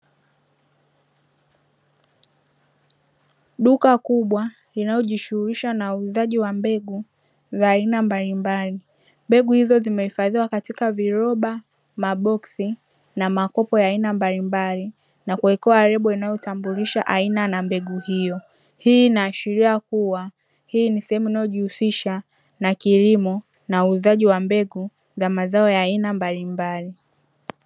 Duka kubwa linalo jishughulisha na uuzaji wa mbegu za aina mbalimbali, mbegu hizo zimehifadhiwa katika viroba, maboksi na makopo ya aina mbalimbali na kuwekewa lebo inayo tambulisha aina na mbegu hio. Hii inaashiria kuwa hii ni sehemu inayojihusisha na kilimo na uuzaji wa mbegu za mazao ya aina mbalimbali.